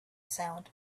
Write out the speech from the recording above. sound